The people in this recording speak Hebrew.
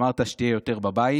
אמרת שתהיה יותר בבית,